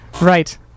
Right